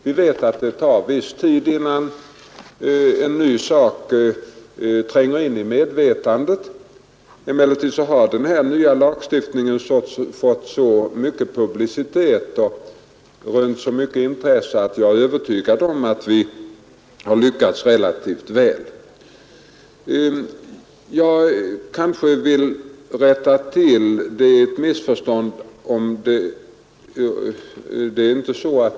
Vi vet att det tar viss tid innan en ny sak tränger in i medvetandet. Emellertid har den nya lagstiftningen fatt så mycket publicitet och rönt sa mycket intresse att jag är Övertygad om att vi har lyckats relativt väl med informationen. Jag skulle vilja rätta till ett missförstand.